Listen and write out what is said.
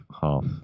half